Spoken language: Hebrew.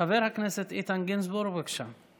חבר הכנסת איתן גינזבורג, בבקשה.